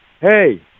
hey